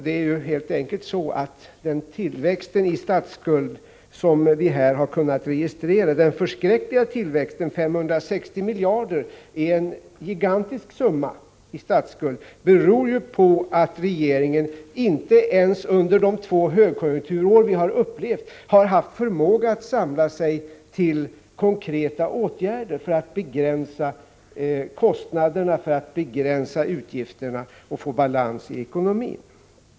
Det är helt enkelt så att den förskräckliga tillväxt i statsskuld som vi har kunnat registrera, 560 miljarder kronor — det är en gigantisk summa — beror på att regeringen inte ens under de två högkonjunkturår vi har upplevt har haft förmåga att samla sig till konkreta åtgärder för att begränsa kostnaderna, begränsa utgifterna och få balans i ekonomin.